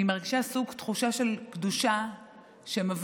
אני מרגישה סוג תחושה של קדושה שמבליטה